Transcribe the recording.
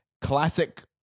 classic